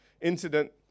incident